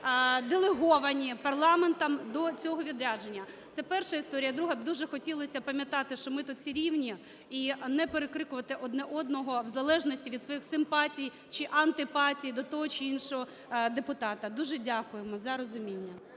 делеговані парламентом до цього відрядження. Це перша історія. Друге. Дуже б хотілося пам'ятати, що ми всі рівні і не перекрикувати одне одного в залежності від своїх симпатій чи антипатій до того чи іншого депутата. Дуже дякуємо за розуміння.